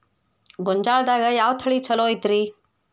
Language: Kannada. ಗೊಂಜಾಳದಾಗ ಯಾವ ತಳಿ ಛಲೋ ಐತ್ರಿ?